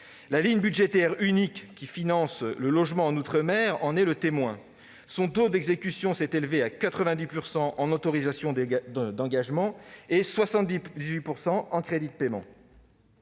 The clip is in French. La ligne budgétaire unique, qui finance le logement en outre-mer, en est le témoin. Son taux d'exécution s'est élevé à 90 % en autorisations d'engagement et 78 % en crédits de paiement.